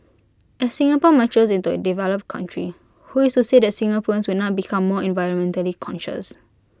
as Singapore matures into A developed country who is said Singaporeans will not become more environmentally conscious